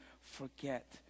forget